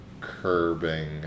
curbing